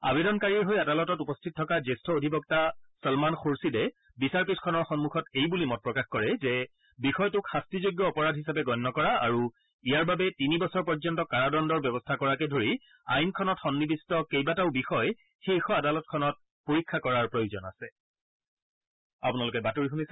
আৱেদনকাৰীৰ হৈ আদালতত উপস্থিত থকা জ্যেষ্ঠ অধিবক্তা চলমান খুৰ্য়িদে বিচাৰপীঠখনৰ সন্মুখত এই বুলি মত প্ৰকাশ কৰে যে বিষয়টোক শাস্তিযোগ্য অপৰাধ হিচাপে গণ্য কৰা আৰু ইয়াৰ বাবে তিনি বছৰ পৰ্যন্ত কাৰাদণ্ডৰ ব্যৱস্থা কৰাকে ধৰি আইনখনত সন্নিৱিষ্ট কেইটাবাটাও বিষয় শীৰ্ষ আদালতখনত পৰীক্ষা কৰাৰ প্ৰয়োজন আছে